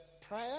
prayer